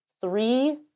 three